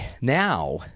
now